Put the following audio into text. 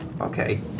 Okay